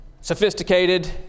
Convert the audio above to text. sophisticated